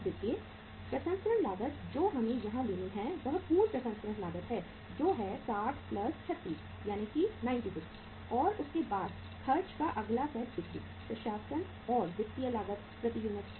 देखिए प्रसंस्करण लागत जो हमें यहां लेनी है वह पूर्ण प्रसंस्करण लागत है जो है 60 36 यानी कि 96 है और उसके बाद खर्च का अगला सेट बिक्री प्रशासन और वित्तीय लागत प्रति यूनिट है